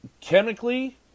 chemically